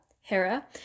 Hera